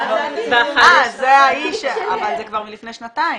מלפני שנתיים.